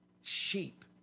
sheep